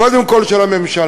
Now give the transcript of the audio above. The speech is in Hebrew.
קודם כול של הממשלה,